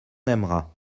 aimera